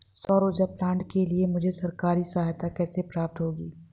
सौर ऊर्जा प्लांट के लिए मुझे सरकारी सहायता कैसे प्राप्त होगी?